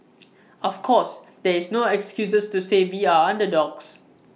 of course there is no excuses to say we are underdogs